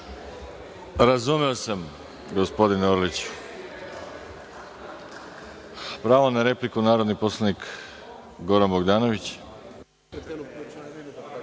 Razumeo sam, gospodine Orliću. Pravo na repliku, narodni poslanik Goran Bogdanović.